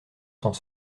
sans